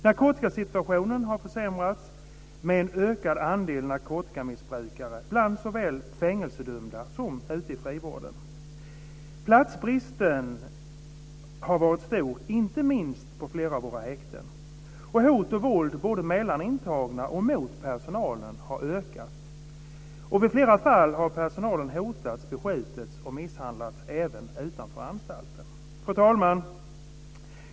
Narkotikasituationen har försämrats med en ökad andel narkotikamissbrukare bland såväl fängelsedömda som ute i frivården. Platsbristen har varit stor inte minst på flera av våra häkten. Hot och våld både mellan ingtagna och mot personalen har ökat. I flera fall har personalen hotats, beskjutits och misshandlats även utanför anstalten. Fru talman!